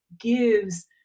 gives